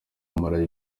bamaranye